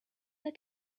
the